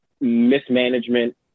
mismanagement